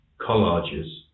collages